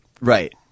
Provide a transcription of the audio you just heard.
Right